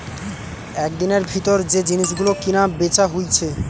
একদিনের ভিতর যে জিনিস গুলো কিনা বেচা হইছে